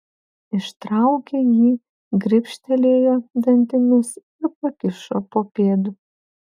ištraukė jį gribštelėjo dantimis ir pakišo po pėdu